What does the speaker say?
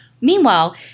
Meanwhile